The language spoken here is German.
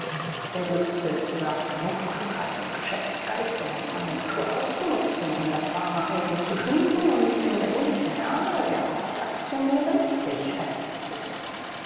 der glückspilz besaß genug klugheit und geschäftsgeist um die konjunktur auszunutzen um das warme eisen zu schmieden und in der gunst der dame der hauptaktionärin sich festzusetzen